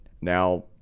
now